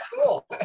cool